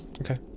Okay